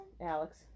Alex